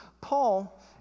Paul